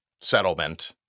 settlement